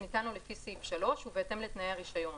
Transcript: שניתן לו לפי סעיף 3, ובהתאם לתנאי הרישיון: